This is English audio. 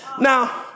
Now